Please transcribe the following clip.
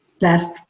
last